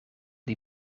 die